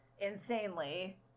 Insanely